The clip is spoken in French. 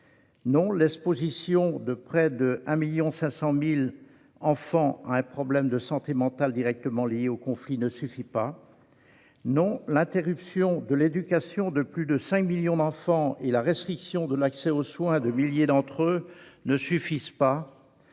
non, l'exposition de près de 1,5 million d'enfants à un problème de santé mentale directement lié au conflit ne suffit pas ; non, l'interruption de la scolarité de plus de 5 millions d'enfants et la restriction de l'accès aux soins de milliers d'entre eux ne suffisent pas.